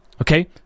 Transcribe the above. Okay